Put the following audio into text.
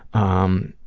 um,